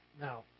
Now